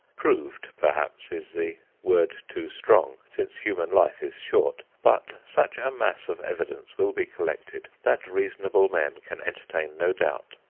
proved, perhaps, is the word too strong, since human life is short but such a mass of evidence will be collected that reasonable men can entertain no doubt.